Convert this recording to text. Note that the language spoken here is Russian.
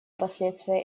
последствия